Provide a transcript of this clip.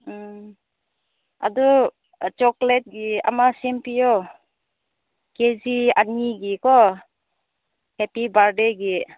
ꯎꯝ ꯑꯗꯨ ꯆꯣꯛꯀ꯭ꯂꯦꯠꯀꯤ ꯑꯃ ꯁꯦꯝꯕꯤꯌꯣ ꯀꯦ ꯖꯤ ꯑꯅꯤꯒꯤꯀꯣ ꯍꯦꯞꯄꯤ ꯕꯥꯠꯗꯦꯒꯤ